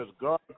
God